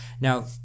Now